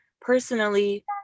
personally